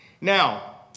Now